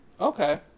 Okay